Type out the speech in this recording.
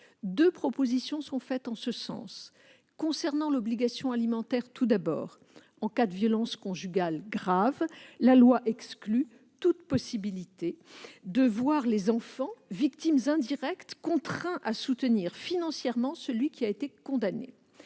Deux propositions sont faites en ce sens. Concernant l'obligation alimentaire tout d'abord, en cas de violences conjugales graves, le texte exclut toute possibilité de voir les enfants, victimes indirectes, contraints à soutenir financièrement celui qui a été condamné.